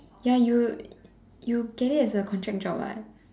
ya you you get it as a contract job [what]